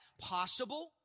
possible